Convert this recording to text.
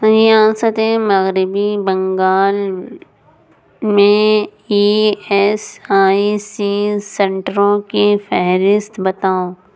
ریاست مغربی بنگال میں ای ایس آئی سی سینٹروں کی فہرست بتاؤ